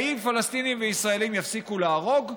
האם פלסטינים וישראלים יפסיקו להרוג?